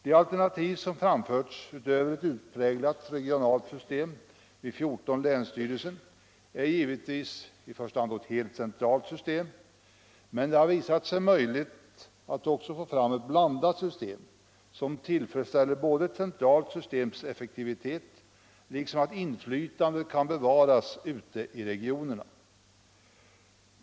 De alternativ som framförts utöver ett utpräglat regionalt system vid 14 länsstyrelser är givetvis i första hand ett helt centralt system, men det har också visat sig möjligt att få fram ett blandat system, som har förtjänsterna att både tillfredsställa kraven på ett centralt systems effektivitet och bevara inflytandet ute i regionerna.